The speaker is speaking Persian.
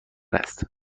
است